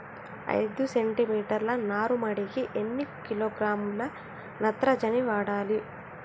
ఐదు సెంటిమీటర్ల నారుమడికి ఎన్ని కిలోగ్రాముల నత్రజని వాడాలి?